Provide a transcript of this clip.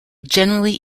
generally